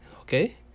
okay